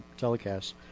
telecasts